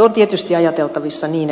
on tietysti ajateltavissa niin